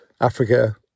Africa